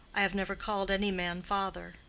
i have never called any man father.